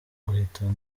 uhitana